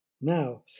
Now